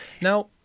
Now